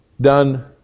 done